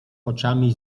oczami